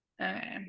Okay